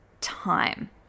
time